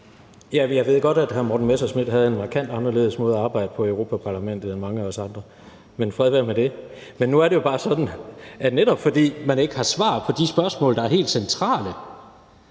jeg ved godt, at hr. Morten Messerschmidt havde en markant anderledes måde at arbejde på i Europa-Parlamentet end mange af os andre, men fred være med det. Nu er det jo bare sådan, at netop fordi man ikke har svar på de spørgsmål, der er helt centrale